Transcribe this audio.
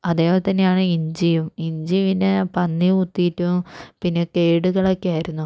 അതേപോലെ തന്നെയാണ് ഇഞ്ചിയും ഇഞ്ചി പിന്നെ പന്നി കുത്തിയിട്ടും പിന്നെ കേടുകളൊക്കെയായിരുന്നു